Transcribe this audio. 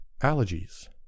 allergies